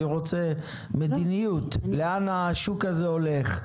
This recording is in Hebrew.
אני רוצה מדיניות לאן השוק הזה הולך?